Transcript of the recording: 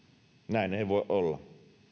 näin ei voi olla